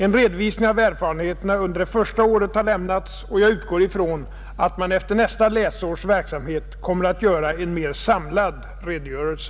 En redovisning av erfarenheterna under det första året har lämnats, och jag utgår ifrån att man efter nästa läsårs verksamhet kommer att göra en mer samlad redogörelse.